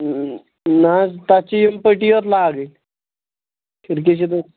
نَہ حظ تَتھ چھِ یِم پٔٹی یوت لاگٕنۍ کھڑکی چھِ